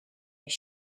his